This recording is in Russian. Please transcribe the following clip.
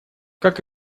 как